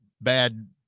bad